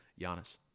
Giannis